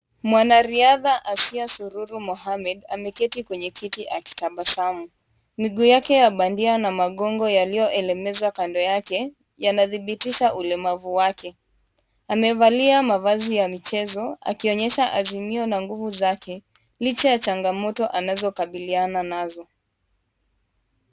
Mwanariadha Hasia Suruhu Mohammed, ameketi kwenye kiti akitabasamu. Miguu yake ya bandia na magongo yaliyo egemezwa kando yake yanadhibitisha ulemavu wake. Amevalia mavazi ya michezo akionyesha azimio na nguvu zake licha ya changamoto anazo kabiliana nazo.